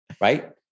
Right